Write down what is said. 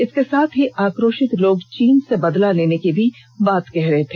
इसके साथ ही आक्रोषित लोग चीन से बदला लेने की बात कर रहे हैं